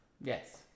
Yes